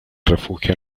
refugia